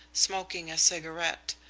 smoking a cigarette,